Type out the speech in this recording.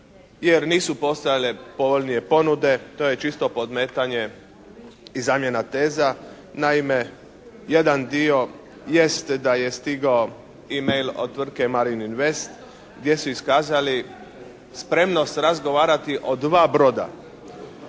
jer nisu postojale povoljnije ponude, to je čisto podmetanje i zamjena teza. Naime jedan dio jest da je stigao e-mail od tvrtke "Marin Vest" gdje su iskazali spremnost razgovarati o dva broda.